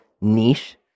niche